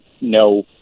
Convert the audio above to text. no